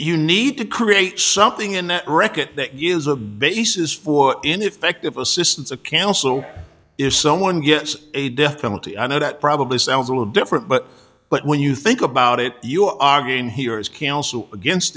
you need to create something in that record that gives a basis for ineffective assistance of counsel if someone gets a death penalty i know that probably sounds a little different but but when you think about it you are game here is can also against